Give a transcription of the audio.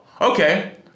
okay